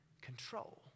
control